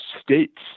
states